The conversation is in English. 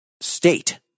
state